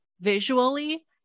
visually